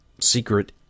secret